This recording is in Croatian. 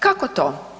Kako to?